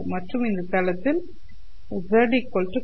மற்றும் இந்த தளத்தில் z constant